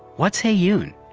what's heyoon?